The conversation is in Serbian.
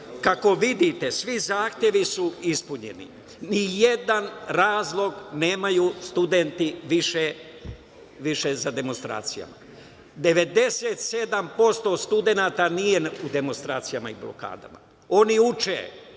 kako vidite, svi zahtevi su ispunjeni. Ni jedan razlog nemaju studenti više za demonstracijama. Ipak, 97% studenata nije u demonstracijama i blokadama. Oni uče,